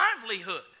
livelihood